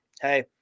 Hey